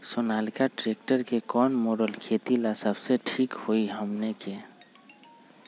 Sonalika tractor के कौन model खेती ला सबसे ठीक होई हमने की?